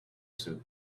suit